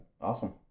Awesome